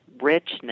richness